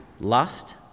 lust